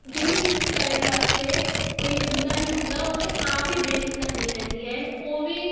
billing ਕਰਨ ਵਾਸਤੇ ਕੋਈ ਬੰਦਾ ਨਹੀਂ ਹੁੰਦਾ ਉਥੇ ਆਪ ਹੀ ਬਿਲਿੰਗ ਕਰਨੀ ਪੈਂਦੀ ਹੈ ਉਹ ਵੀ